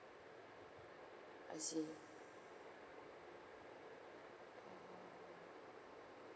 I see